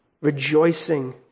rejoicing